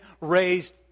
raised